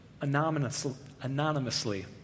anonymously